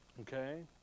Okay